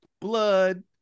blood